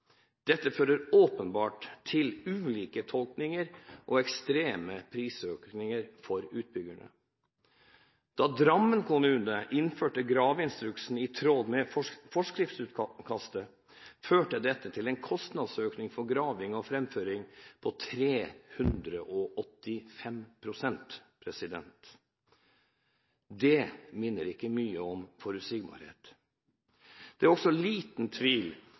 Dette fører åpenbart til ulike tolkninger og ekstreme prisøkninger for utbyggerne. Da Drammen kommune innførte graveinstruksen i tråd med forskriftsutkastet, førte dette til en kostnadsøkning for graving og framføring på 385 pst. Det minner ikke mye om forutsigbarhet. Det er også liten tvil